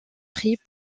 prix